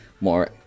more